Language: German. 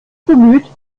bemüht